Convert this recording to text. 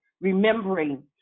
remembering